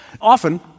Often